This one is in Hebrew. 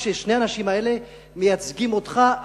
כששני האנשים האלה מייצגים אותך,